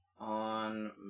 On